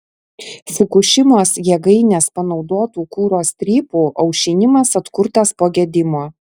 fukušimos jėgainės panaudotų kuro strypų aušinimas atkurtas po gedimo